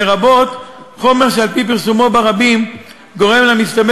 לרבות חומר שעל-פי פרסומו ברבים גורם למשתמש